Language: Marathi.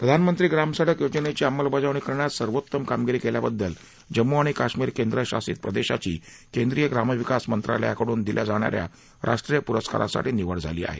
प्रधानमंत्री ग्रामसडक योजनेची अंमलबजावणी करण्यात सर्वोत्तम कामगिरी केल्याबद्दल जम्मू आणि काश्मीर केंद्रशासित प्रदेशाची केंद्रीय ग्रामविकास मंत्रालयाकडून दिल्या जाणाऱ्या राष्ट्रीय पुरस्कारासाठी निवड झाली आहे